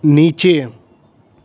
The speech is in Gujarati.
નીચે